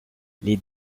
les